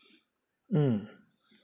mm